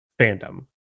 fandom